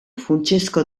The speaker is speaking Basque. funtsezko